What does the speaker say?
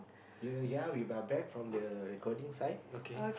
here ya we are back from the recording site